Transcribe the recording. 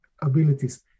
abilities